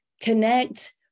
connect